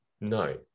No